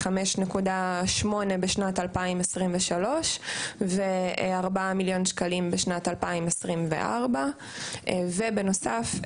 כ-5.8 בשנת 2023 ו-4 מיליון שקלים בשנת 2024. ובנוסף,